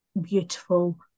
beautiful